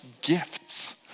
gifts